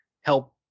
help